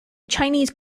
chinese